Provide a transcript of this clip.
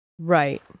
Right